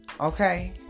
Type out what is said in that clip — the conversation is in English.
Okay